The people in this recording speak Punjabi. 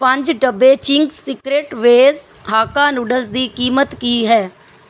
ਪੰਜ ਡੱਬੇ Ching's secret veg hakka noodles ਦੀ ਕੀਮਤ ਕੀ ਹੈ